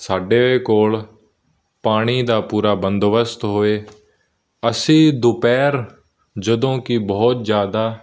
ਸਾਡੇ ਕੋਲ ਪਾਣੀ ਦਾ ਪੂਰਾ ਬੰਦੋਬਸਤ ਹੋਏ ਅਸੀਂ ਦੁਪਹਿਰ ਜਦੋਂ ਕਿ ਬਹੁਤ ਜ਼ਿਆਦਾ